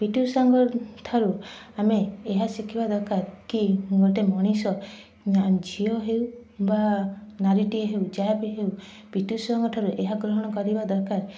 P T ଉଷାଙ୍କ ଠାରୁ ଆମେ ଏହା ଶିଖିବା ଦରକାର କି ଗୋଟେ ମଣିଷ ଝିଅ ହେଉ ବା ନାରୀଟିଏ ହେଉ ଯାହା ବି ହେଉ ପି ଟି ଉଷାଙ୍କ ଠାରୁ ଏହା ଗ୍ରହଣ କରିବା ଦରକାର